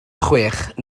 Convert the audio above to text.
chwech